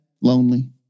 lonely